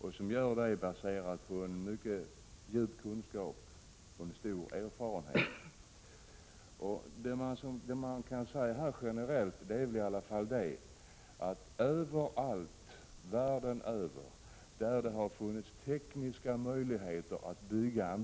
och som gör det på grundval av mycket djupa kunskaper och goda erfarenheter. Rent generellt kan väl sägas att broar har byggts överallt i världen, där man har haft tekniska möjligheter att göra det.